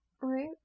Right